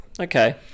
okay